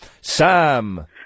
Sam